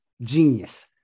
genius